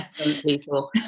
people